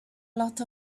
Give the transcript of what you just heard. lot